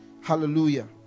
hallelujah